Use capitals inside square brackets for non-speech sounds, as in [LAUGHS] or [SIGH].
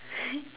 [LAUGHS]